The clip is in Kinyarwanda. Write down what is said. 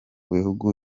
bihugu